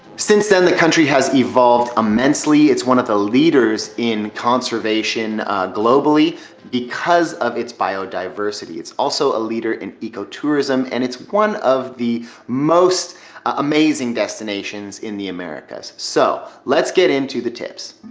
since then the country has evolved immensely it's one of the leaders in conservation globally because of its biodiversity it's also a leader in ecotourism and it's one of the most amazing destinations in the americas so let's get into the tips.